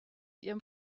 ihrem